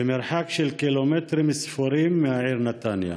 במרחק של קילומטרים ספורים מהעיר נתניה.